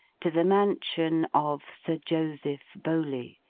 to the mansion of sir joseph bowley,